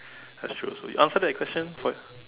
that's true also you answer that question for your